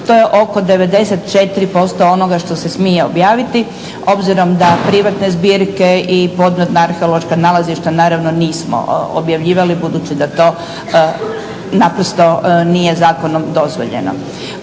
To je oko 94% onoga što se smije objaviti obzirom da privatne zbirke i podvodna arheološka nalazišta naravno nismo objavljivali budući da to naprosto nije zakonom dozvoljeno.